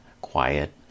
quiet